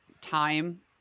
time